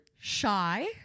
Shy